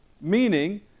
meaning